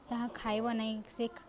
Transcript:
ତାହା ଖାଇବା ନାହିଁ ସେ